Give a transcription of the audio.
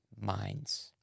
minds